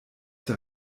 der